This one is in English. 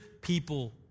people